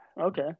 okay